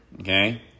okay